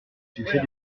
succès